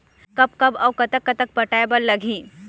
कब कब अऊ कतक कतक पटाए बर लगही